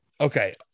Okay